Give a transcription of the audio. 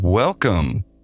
Welcome